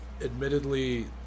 admittedly